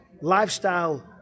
lifestyle